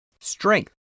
Strength